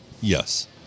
Yes